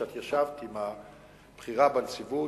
את ישבת עם הבכירה בנציבות,